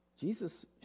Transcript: Jesus